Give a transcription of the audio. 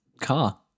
car